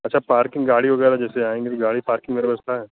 अच्छा पार्किंग गाड़ी वगैरह जैसे आएंगे तो गाड़ी पार्किंग की व्यवस्था है